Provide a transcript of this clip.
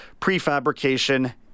prefabrication